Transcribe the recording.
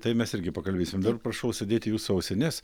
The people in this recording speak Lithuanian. tai mes irgi pakalbėsim dar prašau užsidėti jūsų ausines